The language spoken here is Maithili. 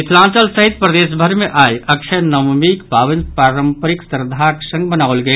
मिथिलांचल सहित प्रदेश भरि मे आइ अक्षय नवमीक पावनि पारंपरिक श्रद्धाक संग मनाओल गेल